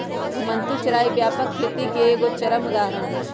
घुमंतू चराई व्यापक खेती के एगो चरम उदाहरण हइ